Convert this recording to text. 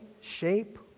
shape